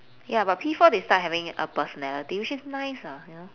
ya but P four they start having a personality which is nice ah ha